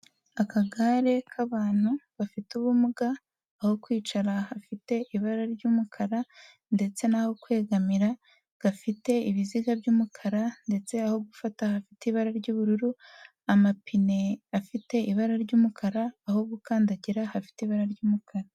Akagare k'abantu bafite ubumuga, aho kwicara hafite ibara ry'umukara ndetse n'aho kwegamira, gafite ibiziga by'umukara ndetse aho gufata hafite ibara ry'ubururu, amapine afite ibara ry'umukara, aho gukandagira hafite ibara ry'umukara.